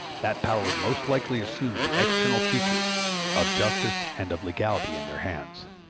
that power would most likely assume the external features of justice and of legality in their hands.